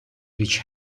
which